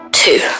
two